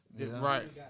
right